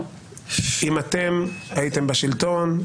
אם אתם הייתם בשלטון,